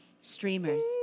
streamers